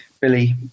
Billy